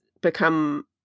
become